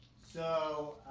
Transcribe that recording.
so